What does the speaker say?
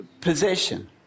possession